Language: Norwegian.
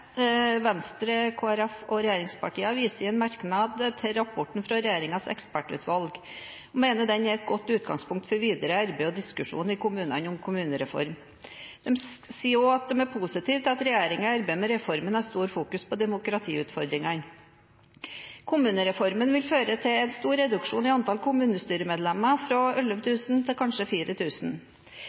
Venstre, Kristelig Folkeparti og regjeringspartiene – viser i en merknad til rapporten fra regjeringens ekspertutvalg og mener den er et godt utgangspunkt for videre arbeid og diskusjon i kommunene om kommunereformen. De sier også at de er positive til at regjeringen arbeider med reformen og fokuserer på demokratiutfordringene. Kommunereformen vil føre til en stor reduksjon i antall kommunestyremedlemmer, fra 11 000 til kanskje